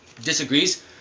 disagrees